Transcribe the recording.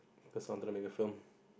cause I wanted to make a film